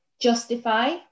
justify